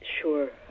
Sure